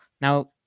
Now